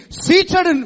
seated